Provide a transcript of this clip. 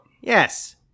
Yes